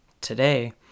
Today